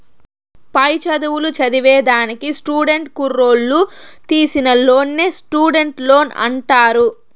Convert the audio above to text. పై చదువులు చదివేదానికి స్టూడెంట్ కుర్రోల్లు తీసీ లోన్నే స్టూడెంట్ లోన్ అంటారు